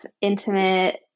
intimate